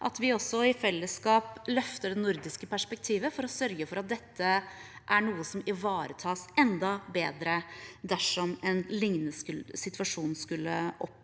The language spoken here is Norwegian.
opp, også i fellesskap løfter det nordiske perspektivet for å sørge for at dette er noe som ivaretas enda bedre dersom en lignende situasjon skulle oppstå.